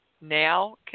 now